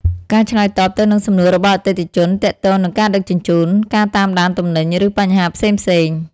ការឆ្លើយតបទៅនឹងសំណួររបស់អតិថិជនទាក់ទងនឹងការដឹកជញ្ជូន ការតាមដានទំនិញ ឬបញ្ហាផ្សេងៗ។